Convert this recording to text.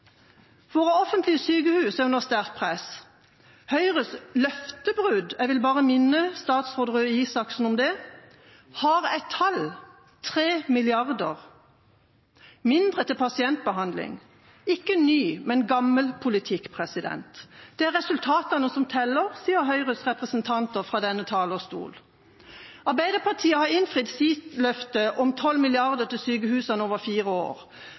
Våre offentlige sykehus er under sterkt press. Høyres løftebrudd, jeg vil bare minne statsråd Røe Isaksen om det, har et tall: 3 mrd. kr mindre til pasientbehandling. Dette er ikke ny, men gammel politikk. Det er resultatene som teller, sier Høyres representanter fra denne talerstolen. Arbeiderpartiet har innfridd sitt løfte om 12 mrd. kr til sykehusene over fire år.